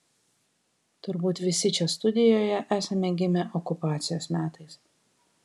turbūt visi čia studijoje esame gimę okupacijos metais